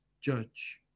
judge